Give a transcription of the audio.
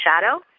shadow